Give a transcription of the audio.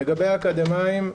לגבי אקדמאים,